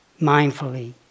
mindfully